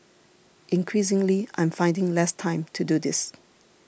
increasingly I am finding less time to do this